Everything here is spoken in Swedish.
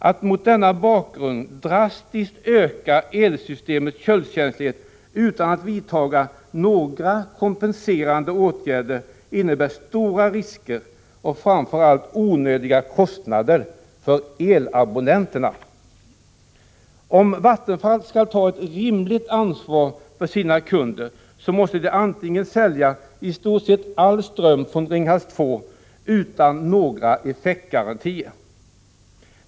Att mot denna bakgrund drastiskt öka elsystemets köldkänslighet utan att vidta några kompenserade åtgärder innebär stora risker och framför allt onödiga kostnader för elabonnenterna. Om Vattenfall skall ta ett rimligt ansvar för sina kunder, måste verket sälja istort sett all ström från Ringhals 2 utan några effektgarantier.